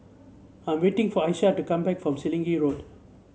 I am waiting for Aisha to come back from Selegie Road